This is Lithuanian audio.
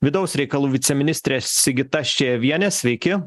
vidaus reikalų viceministrė sigita ščejavienė sveiki